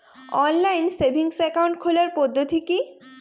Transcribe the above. Online savings account খোলার পদ্ধতি কি?